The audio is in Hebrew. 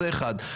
זה אחד.